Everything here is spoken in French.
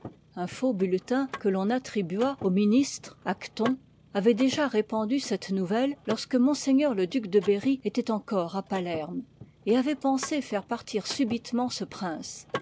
un faux bulletin que ton attribua au ministre acton avoit déjà répandu cette nouvelle lorsque m le duc de berry étoit encore à palerme et avoit pensé faire partir subitement ce prince